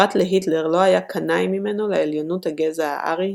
פרט להיטלר לא היה קנאי ממנו לעליונות הגזע הארי,